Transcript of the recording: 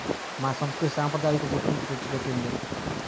మా సంస్కృతి సాంప్రదాయాలకు గుర్తింపు తెచ్చిపెట్టింది